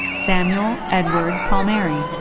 samuel edward palmieri.